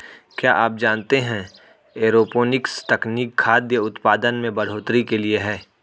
क्या आप जानते है एरोपोनिक्स तकनीक खाद्य उतपादन में बढ़ोतरी के लिए है?